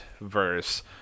verse